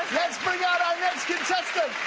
let's bring out our next contestant!